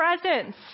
presence